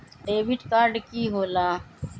Debit card की होला?